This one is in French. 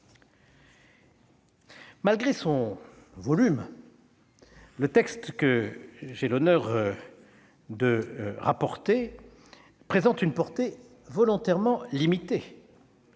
Malgré son volume, le texte que j'ai l'honneur de rapporter présente une portée volontairement limitée